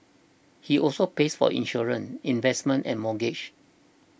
he also pays for insurance investments and mortgage